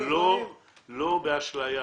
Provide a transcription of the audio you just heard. לא באשליה.